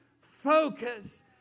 focus